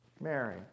Mary